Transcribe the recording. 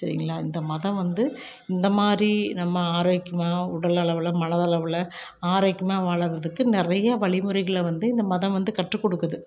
சரிங்களா இந்த மதம் வந்து இந்த மாதிரி நம்ம ஆரோக்கியமாக உடலளவில் மனதளவில் ஆரோக்கியமாக வாழறதுக்கு நிறைய வழிமுறைகளை வந்து இந்த மதம் வந்து கற்றுக் கொடுக்குது